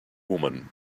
woman